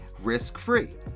risk-free